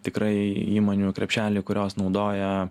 tikrai įmonių krepšelį kurios naudoja